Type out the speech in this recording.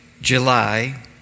July